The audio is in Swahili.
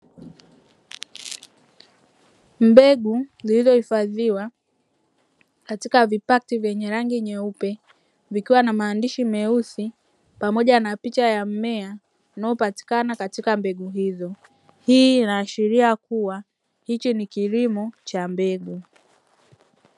Mbegu zilizohifadhiwa katika vipakiti vyenye rangi nyeupe, vikiwa na maandishi meusi pamoja na picha ya mmea unaopatikana katika mbegu hizo. Hii inaashiria kuwa hichi ni kilimo cha mbegu.